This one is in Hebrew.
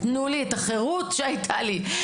תנו לי את החירות שהייתה לי.